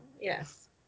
Yes